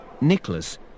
Nicholas